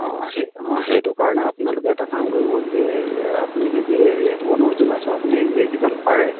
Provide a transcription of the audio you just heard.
অঁ অঁ সেই অঁ সেইটো কাৰণে আপোনালোকে এটা কাম কৰিব যে আপুনি নিজে এইটো অনুৰোধ জনাইছো আপুনি যেইকেইজন পাৰে